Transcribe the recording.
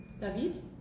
David